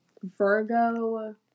Virgo